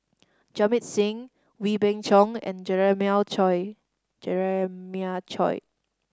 Jamit Singh Wee Beng Chong and Jeremiah Choy Jeremiah Choy